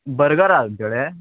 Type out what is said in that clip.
burger आ तुमचे कडेन